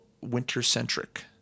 winter-centric